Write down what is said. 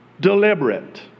deliberate